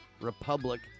republic